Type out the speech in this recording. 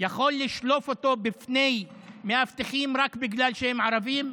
יכול לשלוף אותו בפני מאבטחים רק בגלל שהם ערבים,